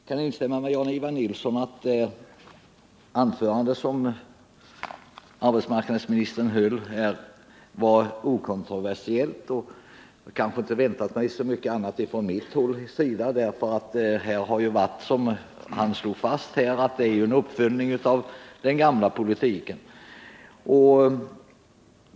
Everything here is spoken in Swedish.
Herr talman! Jag kan instämma med Jan-lvan Nilsson i att det anförande som arbetsmarknadsministern höll här var okontroversiellt, och jag hade kanske inte väntat mig så mycket annat. Här har ju skett, som han slog fast, en uppföljning av den gamla politiken.